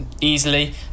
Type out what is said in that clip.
easily